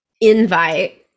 invite